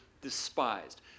despised